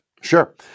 Sure